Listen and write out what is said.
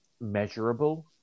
measurable